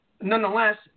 Nonetheless